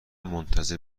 منتظر